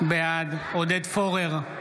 בעד עודד פורר,